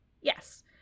yes